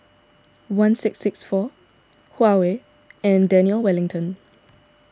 one six six four Huawei and Daniel Wellington